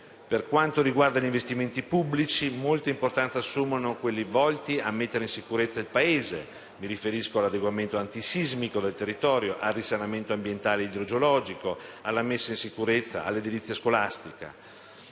Per quanto riguarda gli investimenti pubblici, molta importanza assumono quelli volti a mettere in sicurezza il nostro Paese (mi riferisco all'adeguamento antisismico del territorio, al risanamento ambientale e idrogeologico, alla messa in sicurezza dell'edilizia scolastica).